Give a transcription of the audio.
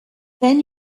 then